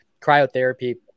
cryotherapy